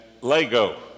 lego